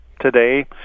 today